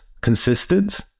consistent